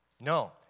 No